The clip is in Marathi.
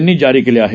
यांनी जारी केले आहेत